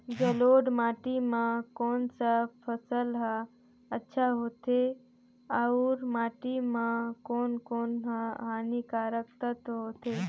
जलोढ़ माटी मां कोन सा फसल ह अच्छा होथे अउर माटी म कोन कोन स हानिकारक तत्व होथे?